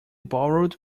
borrowed